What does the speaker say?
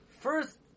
first